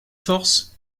forces